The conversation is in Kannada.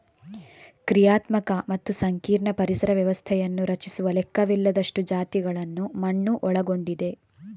ಕ್ರಿಯಾತ್ಮಕ ಮತ್ತು ಸಂಕೀರ್ಣ ಪರಿಸರ ವ್ಯವಸ್ಥೆಯನ್ನು ರಚಿಸುವ ಲೆಕ್ಕವಿಲ್ಲದಷ್ಟು ಜಾತಿಗಳನ್ನು ಮಣ್ಣು ಒಳಗೊಂಡಿದೆ